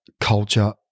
culture